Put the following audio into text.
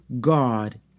God